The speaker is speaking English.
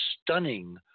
stunning